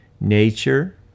nature